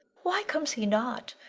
why comes he not?